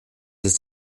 ist